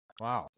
wow